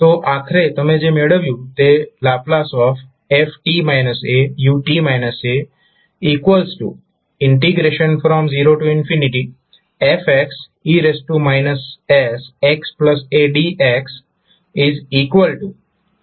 તો આખરે તમે જે મેળવ્યું તેℒ f u0fe s xadxe asFછે